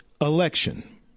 election